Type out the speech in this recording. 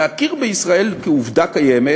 להכיר במדינה כעובדה קיימת